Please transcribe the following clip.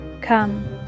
Come